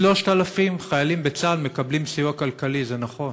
3,000 חיילים בצה"ל מקבלים סיוע כלכלי, זה נכון,